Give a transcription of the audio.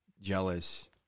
jealous